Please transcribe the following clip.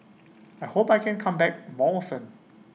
I hope that I can come back more often